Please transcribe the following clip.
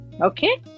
okay